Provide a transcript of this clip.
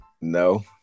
No